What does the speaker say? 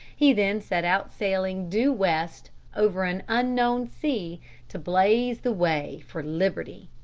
he then set out sailing due west over an unknown sea to blaze the way for liberty.